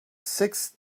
sixth